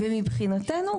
ומבחינתנו,